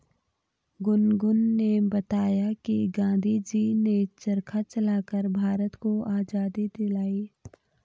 गुनगुन ने बताया कि गांधी जी ने चरखा चलाकर भारत को आजादी दिलाई